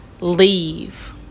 Leave